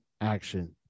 action